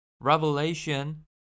Revelation